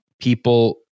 people